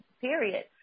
Period